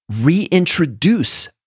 reintroduce